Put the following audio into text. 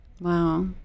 wow